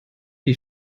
die